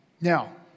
now